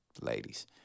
ladies